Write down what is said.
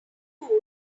needed